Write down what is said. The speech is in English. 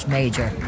Major